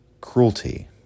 cruelty